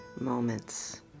moments